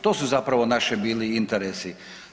To su zapravo naši bili interesi.